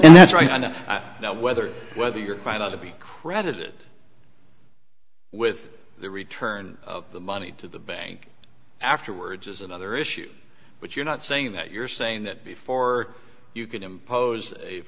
and that's why i know now whether whether you're find out to be credited with the return of the money to the bank afterwards is another issue but you're not saying that you're saying that before you can impose a